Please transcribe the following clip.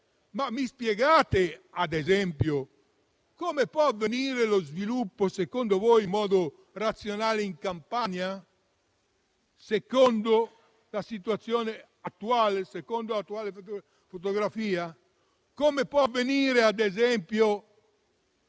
Mi spiegate ad esempio, secondo voi, come può avvenire lo sviluppo in modo razionale in Campania, secondo la situazione attuale, secondo l'attuale fotografia? Come può avvenire ad esempio